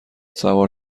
سوار